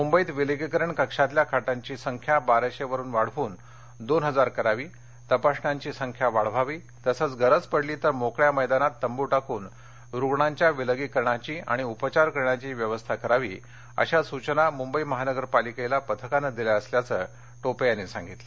मुंबईत विलगीकरण कक्षातल्या खाटांची संख्या बाराशे वरून वाढवून दोन हजार करावी तपासण्यांची संख्या वाढवावी तसंच गरज पडली तर मोकळ्या मैदानात तंबू टाकून रुग्णांच्या विलगीकरणाची आणि उपचार करण्याची व्यवस्था करावी अशा सूचना मुंबई महानगर पालिकेला पथकानं दिल्या असल्याचं टोपे यांनी सांगितलं